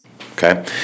Okay